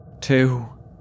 Two